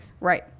Right